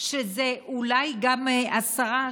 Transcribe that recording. שזה אולי גם השרה,